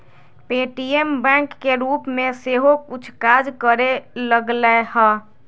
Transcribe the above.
Paytm bank के रूप में सेहो कुछ काज करे लगलै ह